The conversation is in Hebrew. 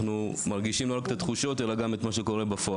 אנחנו מרגישים לא רק את התחושות אלא גם את מה שקורה בפועל.